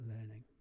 learning